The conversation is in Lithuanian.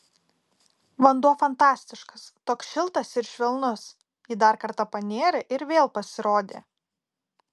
vanduo fantastiškas toks šiltas ir švelnus ji dar kartą panėrė ir vėl pasirodė